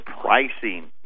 pricing